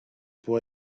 pour